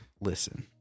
Listen